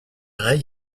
reille